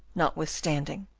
notwithstanding.